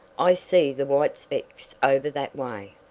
i see the white specks over that way.